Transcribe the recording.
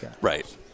Right